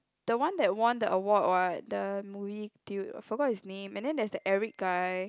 the one that won the award what the movie the~ forgot his name and then there's the Eric guy